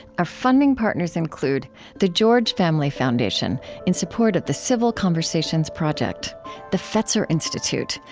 our funding partners include the george family foundation, in support of the civil conversations project the fetzer institute,